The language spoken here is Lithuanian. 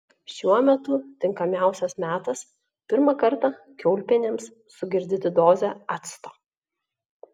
šiuo metu tinkamiausias metas pirmą kartą kiaulpienėms sugirdyti dozę acto